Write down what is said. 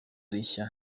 rishya